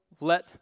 let